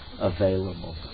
available